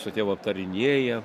su tėvu aptarinėja